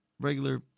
regular